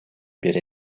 бере